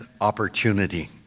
opportunity